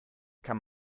kann